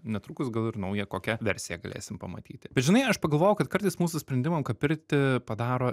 netrukus gal ir naują kokią versiją galėsim pamatyti bet žinai aš pagalvojau kad kartais mūsų sprendimam ką pirkti padaro